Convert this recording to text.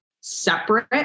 separate